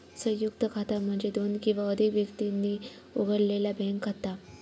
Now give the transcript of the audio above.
संयुक्त खाता म्हणजे दोन किंवा अधिक व्यक्तींनी उघडलेला बँक खाता